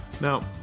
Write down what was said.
Now